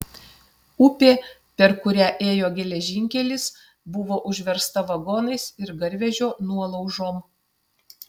upė per kurią ėjo geležinkelis buvo užversta vagonais ir garvežio nuolaužom